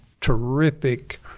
terrific